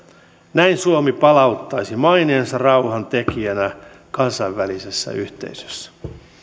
näin suomi palauttaisi maineensa rauhantekijänä kansainvälisessä yhteisössä